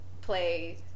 play